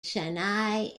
chennai